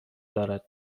دارد